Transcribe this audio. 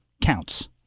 counts